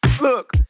Look